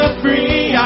free